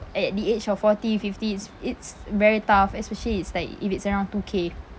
at the age of forty fifties it's very tough especially it's like if it's around two K